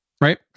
right